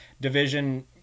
division